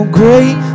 great